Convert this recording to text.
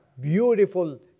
beautiful